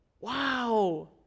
Wow